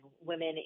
women